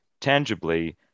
tangibly